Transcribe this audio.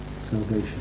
salvation